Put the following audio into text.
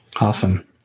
Awesome